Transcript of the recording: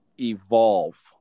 evolve